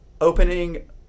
opening